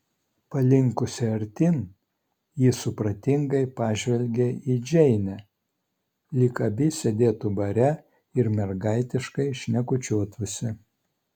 palinkusi artyn ji supratingai pažvelgė į džeinę lyg abi sėdėtų bare ir mergaitiškai šnekučiuotųsi